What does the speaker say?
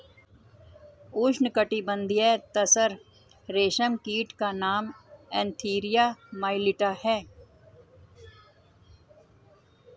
उष्णकटिबंधीय तसर रेशम कीट का नाम एन्थीरिया माइलिट्टा है